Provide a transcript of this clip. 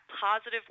positive